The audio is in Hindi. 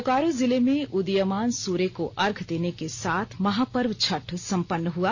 बोकारो जिले मे उदीयमान सूर्य को अर्घ्य देने के साथ महार्पव छठ संपन्न हुआ